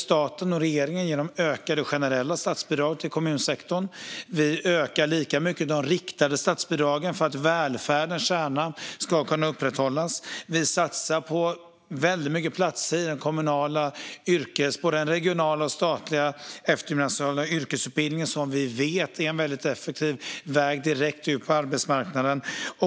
Staten och regeringen ger stöd genom ökade generella statsbidrag till kommunsektorn. Vi ökar också de riktade statsbidragen för att välfärden - kärnan - ska kunna upprätthållas. Vi satsar på många platser i både den regionala och den statliga eftergymnasiala yrkesutbildningen, som vi vet är en väldigt effektiv väg direkt ut på arbetsmarknaden.